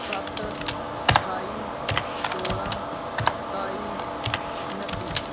सत्त ठाई चौदां सताई नत्ती